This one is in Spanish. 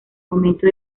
momento